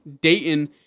Dayton